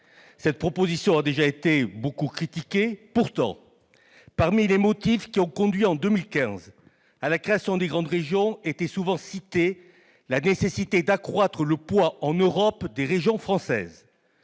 Cette proposition a déjà été beaucoup critiquée. Pourtant, parmi les motifs ayant conduit, en 2015, à la création des grandes régions était souvent citée la nécessité d'accroître le poids en Europe des régions françaises.